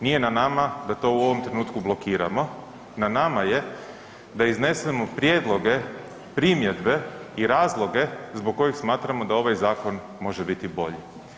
Nije na nama da to u ovom trenutku blokiramo, na nama je da iznesemo prijedloge, primjedbe i razloge zbog kojih smatramo da ovaj zakon može biti bolji.